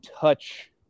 touch